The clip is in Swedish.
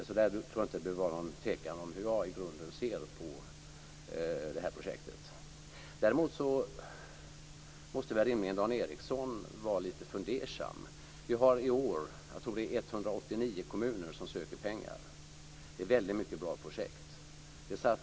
Jag tror att det inte behöver vara någon tvekan om hur jag i grunden ser på projektet. Däremot måste väl rimligen Dan Ericsson vara lite fundersam. Vi har i år, tror jag, 189 kommuner som söker pengar. Det är väldigt många bra projekt.